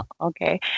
Okay